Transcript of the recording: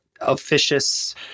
officious